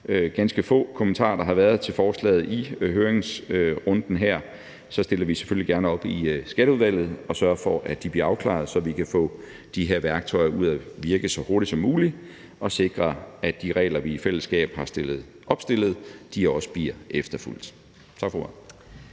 ganske få kommentarer, der har været til forslaget i høringsrunden, stiller vi selvfølgelig gerne op i Skatteudvalget og sørger for, at de bliver afklaret, så vi kan få de her værktøjer ud at virke så hurtigt som muligt og sikre, at de regler, vi i fællesskab har opstillet, også bliver efterfulgt. Tak for